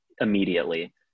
Immediately